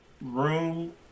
room